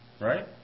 right